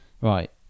right